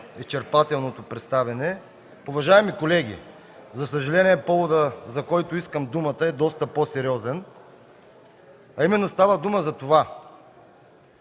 изчерпателното представяне. Уважаеми колеги, за съжаление, поводът, за който искам думата, е доста по-сериозен. Става дума за това,